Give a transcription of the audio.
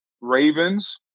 Ravens